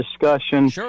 discussion